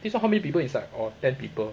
this [one] how many people inside orh ten people